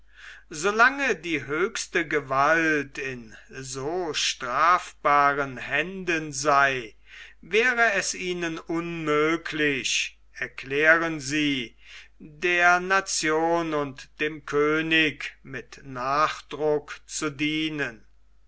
lange die höchste gewalt in so strafbaren händen sei wäre es ihnen unmöglich erklären sie der nation und dem könig mit nachdruck zu dienen